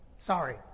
Sorry